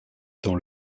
dans